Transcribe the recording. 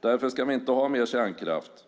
Därför ska vi inte ha mer kärnkraft.